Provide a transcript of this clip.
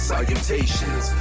Salutations